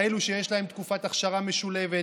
כאלה שיש להם תקופת אכשרה משולבת,